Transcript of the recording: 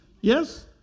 Yes